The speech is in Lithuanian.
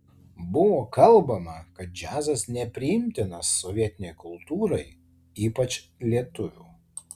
buvo kalbama kad džiazas nepriimtinas sovietinei kultūrai ypač lietuvių